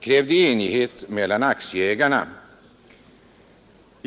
krävde enighet mellan aktieägarna.